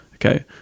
okay